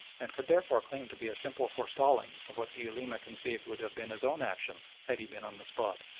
and could therefore claim to be a simple forestalling of what the ulema conceived would have been his own action had he been on the spot.